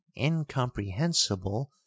incomprehensible